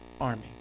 army